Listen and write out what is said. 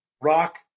rock